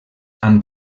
amb